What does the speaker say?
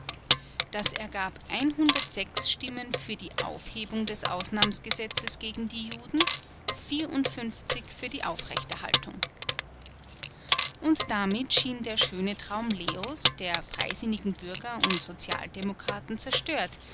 das ergab stimmen für die aufhebung des ausnahmsgesetzes gegen die juden vierundfünfzig für die aufrechterhaltung und damit schien der schöne traum leos der freisinnigen bürger und sozialdemokraten zerstört